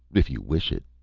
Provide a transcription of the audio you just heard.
if you wish it,